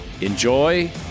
Enjoy